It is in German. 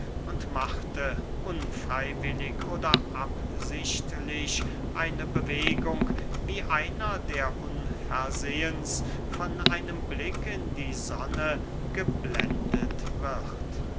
und machte unfreywillig oder absichtlich eine bewegung wie einer der unversehens von einem blick in die sonne geblendet wird